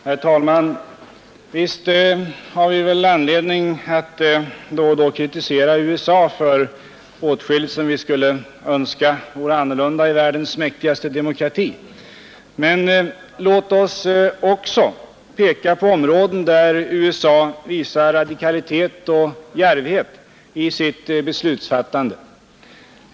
Herr talman! Visst har vi väl anledning att då och då kritisera USA för åtskilligt som vi önskar vore annorlunda i världens mäktigaste demokrati. Men låt oss också peka på områden där USA visar radikalism och djärvhet i sitt beslutsfattande.